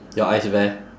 your ice bear